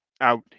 out